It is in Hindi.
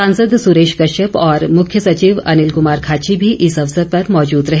सांसद सुरेश कश्यप और मुख्य सचिव अनिल कुमार खाची भी इस अवसर पर मौजूद रहे